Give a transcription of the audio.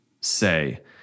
say